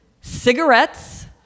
cigarettes